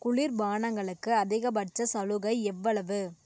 குளிர்பானங்களுக்கு அதிகபட்சம் சலுகை எவ்வளவு